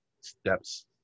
steps